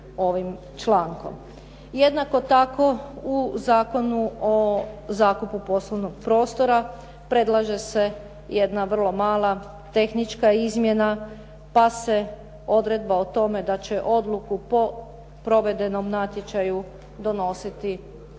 ovim člankom. Jednako tako u Zakonu o zakupu prostornog prostora, predlaže se jedna vrlo mala tehnička izmjena, pa se odredba o tome da će odluku po provedenom natječaju donositi do